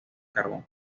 carbón